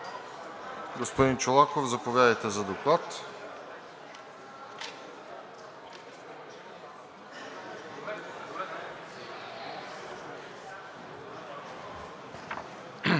Господин Чолаков, заповядайте за Доклад.